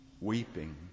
weeping